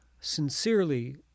sincerely